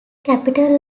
capital